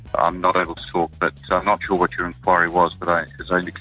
i'm not able to talk. but i'm not sure what your inquiry was but,